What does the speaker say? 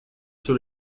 sur